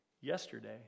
Yesterday